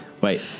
Wait